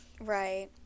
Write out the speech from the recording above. Right